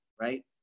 right